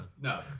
No